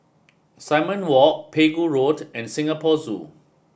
Simon Walk Pegu Road and Singapore Zoo